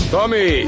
Tommy